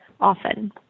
often